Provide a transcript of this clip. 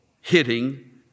hitting